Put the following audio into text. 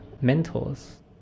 mentors